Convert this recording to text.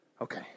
Okay